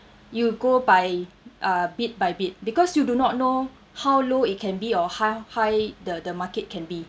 you go by uh bit by bit because you do not know how low it can be or how high the the market can be